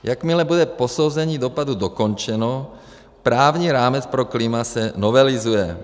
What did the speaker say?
Jakmile bude posouzení dopadů dokončeno, právní rámec pro klima se novelizuje.